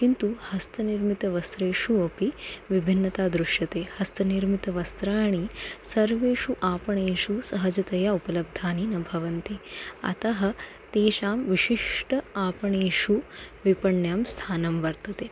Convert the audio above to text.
किन्तु हस्तनिर्मितवस्त्रेषु अपि विभिन्नता दृश्यते हस्तनिर्मितवस्त्राणि सर्वेषु आपणेषु सहजतया उपलब्धानि न भवन्ति अतः तेषां विशिष्ट आपणेषु विपण्यां स्थानं वर्तते